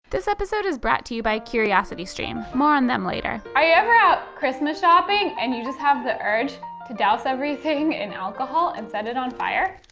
this episode is brought to you by curiositystream, more on them later. are you ever out christmas shopping and you just have the urge to douse everything in alcohol and set it on fire?